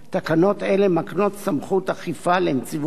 תקנות אלה מקנות סמכות אכיפה לנציבות השוויון,